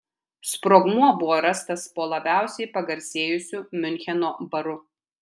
sprogmuo buvo rastas po labiausiai pagarsėjusiu miuncheno baru